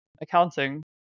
accounting